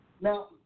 Now